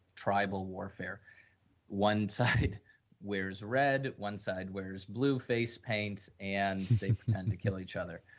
tribal warfare one side where is red, one side where is blue faced paints and they pretend to kill each other.